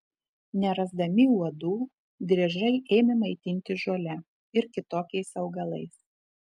nerasdami uodų driežai ėmė maitintis žole ir kitokiais augalais